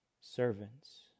servants